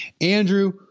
Andrew